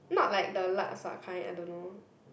not like the lup sup kind I don't know